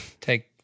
take